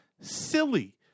silly